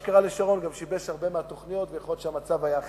מה שקרה לשרון גם שיבש הרבה מהתוכניות ויכול להיות שהמצב היום היה אחר,